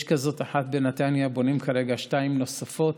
יש אחת כזאת בנתניה ובונים כרגע שתיים נוספות.